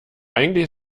eigentlich